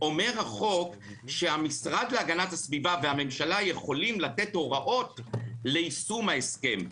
אומר החוק שהמשרד להגנת הסביבה והממשלה יכולים לתת הוראות ליישום ההסכם,